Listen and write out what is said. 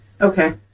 Okay